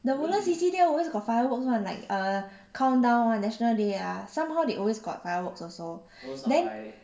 the woodlands C_C there always got fireworks [one] like err countdown ah national day ah somehow they always got fireworks also then